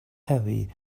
heavy